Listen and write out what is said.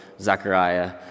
Zachariah